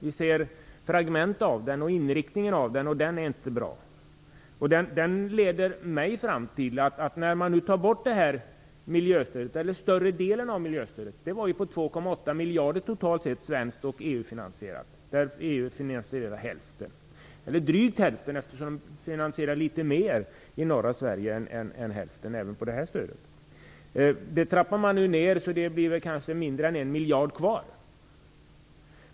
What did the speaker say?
Vi ser fragment av politiken och inriktningen på den. Man tar nu bort större delen av miljöstödet. Det var på 2,8 miljarder totalt sett. EU finansierar drygt hälften. EU finansierar litet mer än hälften i norra Sverige även vad gäller detta stöd. Stödet trappas nu ned så att det kanske blir mindre än en miljard kvar.